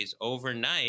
overnight